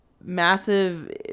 massive